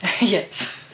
Yes